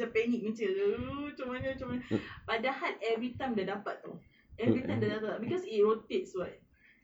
panic uh macam mana macam mana but the hal is everytime dah dapat [tau] everytime dah dapat because it rotates [what]